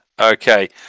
Okay